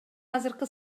азыркы